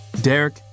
Derek